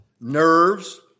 nerves